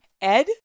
Ed